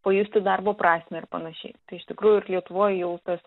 pajusti darbo prasmę ir panašiai tai iš tikrųjų ir lietuvoj jau tas